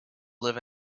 live